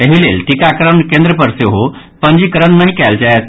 एहि लेल टीकाकरण केन्द्र पर सेहो पंजीकरण नहि कयल जायत